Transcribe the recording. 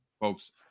folks